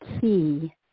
key